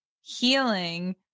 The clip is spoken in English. healing